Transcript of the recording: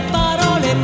parole